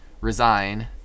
resign